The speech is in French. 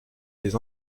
des